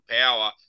power